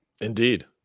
Indeed